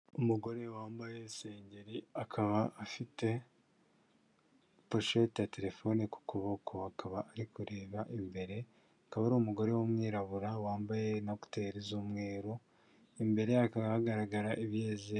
Umugore wambaye isengeri, akaba afite poshete ya terefone ku kuboko, akaba ari kureba imbere, akaba ari umugore w'umwirabura wambaye na kuteri z'umweru imbere hakaba hagaragara ibizi.